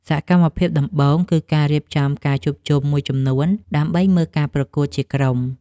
សកម្មភាពដំបូង គឺការរៀបចំការជួបជុំមួយចំនួន ដើម្បីមើលការប្រកួតជាក្រុម។